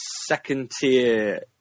second-tier